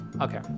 Okay